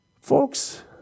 Folks